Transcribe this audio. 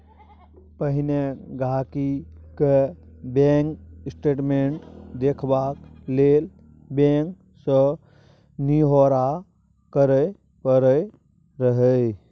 पहिने गांहिकी केँ बैंक स्टेटमेंट देखबाक लेल बैंक सँ निहौरा करय परय रहय